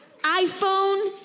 iPhone